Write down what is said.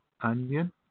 onion